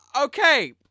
Okay